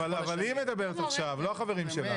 שלמה, אבל היא מדברת עכשיו, לא החברים שלה.